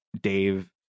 Dave